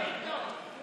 אתה לא יודע לאן,